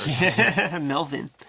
Melvin